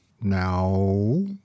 Now